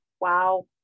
Wow